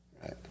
Right